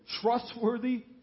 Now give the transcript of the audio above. trustworthy